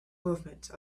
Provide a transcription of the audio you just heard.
movement